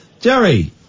Jerry